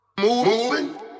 Moving